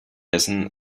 essen